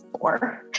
four